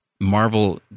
Marvel